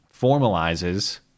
formalizes